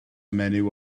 menyw